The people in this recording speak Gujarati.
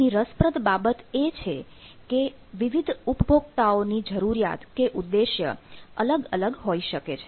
અહીં રસપ્રદ બાબત એ છે કે વિવિધ ઉપભોગકર્તાઓ ની જરૂરિયાત કે ઉદ્દેશ્ય અલગ અલગ હોઈ શકે છે